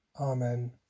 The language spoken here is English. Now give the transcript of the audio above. Amen